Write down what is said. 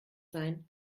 sein